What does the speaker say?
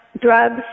drugs